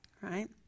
right